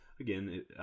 again